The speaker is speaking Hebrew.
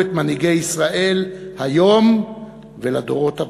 את מנהיגי ישראל היום ולדורות הבאים,